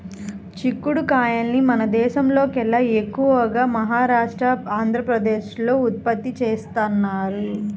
చిక్కుడు కాయల్ని మన దేశంలోకెల్లా ఎక్కువగా మహారాష్ట్ర, మధ్యప్రదేశ్ లో ఉత్పత్తి చేత్తారు